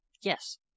Yes